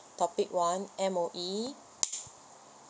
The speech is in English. topic one M_O_E